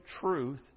truth